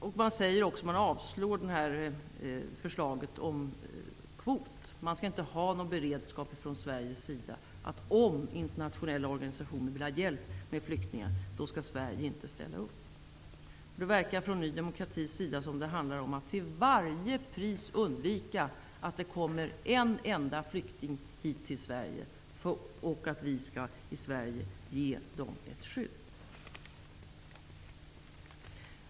Man avstyrker också förslaget om kvot. Sverige skall inte ha någon beredskap. Om internationella organisationer vill ha hjälp med flyktingar skall Sverige inte ställa upp. Det verkar från Ny demokratis sida som om det handlar om att till varje pris undvika att det kommer en enda flykting hit till Sverige och att vi i Sverige ger dem skydd.